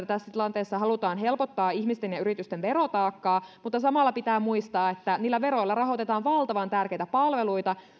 tässä tilanteessa halutaan helpottaa ihmisten ja yritysten verotaakkaa mutta samalla pitää muistaa että niillä veroilla rahoitetaan valtavan tärkeitä palveluita